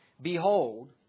behold